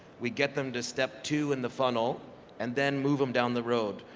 we get them to step to in the funnel and then move them down the road.